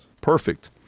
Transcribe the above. Perfect